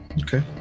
Okay